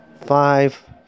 five